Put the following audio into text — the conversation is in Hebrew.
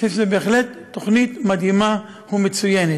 אני חושב